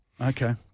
Okay